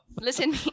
listen